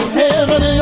heaven